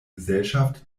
gesellschaft